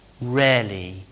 rarely